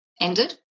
ended